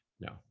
no